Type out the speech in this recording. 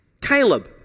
Caleb